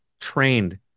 trained